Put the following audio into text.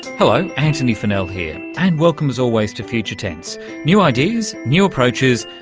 hello, antony funnell here, and welcome as always to future tense new ideas, new approaches,